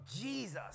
Jesus